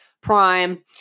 prime